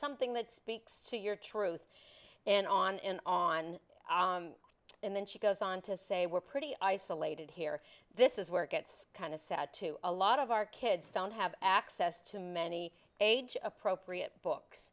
something that speaks to your truth and on and on and then she goes on to say we're pretty isolated here this is where it gets kind of sad to a lot of our kids don't have access to many age appropriate books